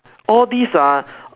all these ah